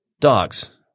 Dogs